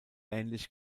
ähnlich